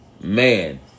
man